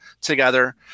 together